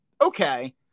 Okay